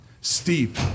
steep